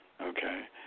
Okay